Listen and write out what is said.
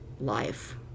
life